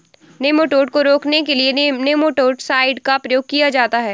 nematode को रोकने के लिए नेमाटो साइड का प्रयोग किया जाता है